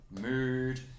mood